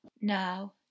Now